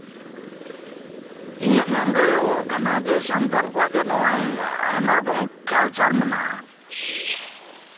ᱤᱧᱟᱹᱜ ᱢᱮᱱ ᱫᱚ ᱦᱩᱭᱩᱜ ᱠᱟᱱᱟ ᱡᱮ ᱥᱟᱱᱛᱟᱲ ᱠᱚᱣᱟᱜ ᱡᱮ ᱱᱚᱜᱼᱚᱭ ᱟᱭᱢᱟ ᱨᱚᱠᱚᱢ ᱠᱟᱞᱪᱟᱨ ᱢᱮᱱᱟᱜᱼᱟ